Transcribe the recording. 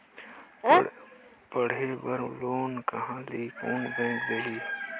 पढ़े बर लोन कहा ली? कोन बैंक देही?